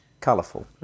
Colourful